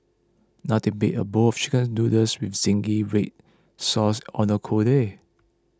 nothing beats a bowl of Chicken Noodles with Zingy Red Sauce on a cold day